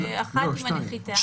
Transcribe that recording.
אחת עם הנחיתה.